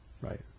Right